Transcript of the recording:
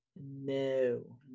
no